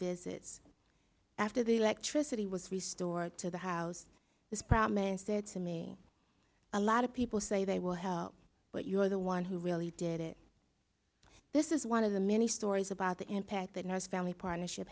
visit after the electricity was restored to the house this problem and said to me a lot of people say they will help but you're the one who really did it this is one of the many stories about the impact that it was family partnership